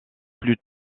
plus